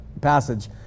passage